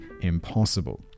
impossible